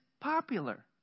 popular